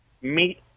meet